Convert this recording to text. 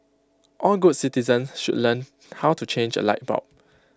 all good citizens should learn how to change A light bulb